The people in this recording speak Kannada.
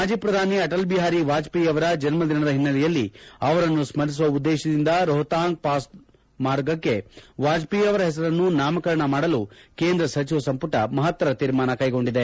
ಮಾಜಿ ಪ್ರಧಾನಿ ಅಟಲ್ ಬಿಹಾರಿ ವಾಜಪೇಯಿ ಅವರ ಜನ್ಮ ದಿನದ ಹಿನ್ನೆಲೆಯಲ್ಲಿ ಅವರನ್ನು ಸ್ಮರಿಸುವ ಉದ್ದೇಶದಿಂದ ರೋಹಾಂಗ್ ಪಾಸ್ ಸುರಂಗ ಮಾರ್ಗಕ್ಕೆ ವಾಜಪೇಯಿ ಅವರ ಹೆಸರನ್ನು ನಾಮಕರಣ ಮಾಡಲು ಕೇಂದ್ರ ಸಚಿವ ಸಂಪುಟ ಮಹತ್ತರ ತೀರ್ಮಾನ ಕೈಗೊಂಡಿದೆ